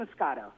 Moscato